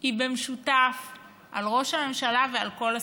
היא במשותף על ראש הממשלה ועל כל השרים,